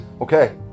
Okay